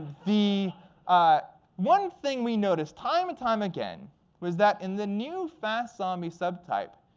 the one thing we noticed time and time again was that in the new, fast zombie subtype,